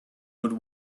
would